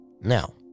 Now